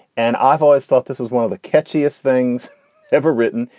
and i've always thought this was one of the catchiest things ever written.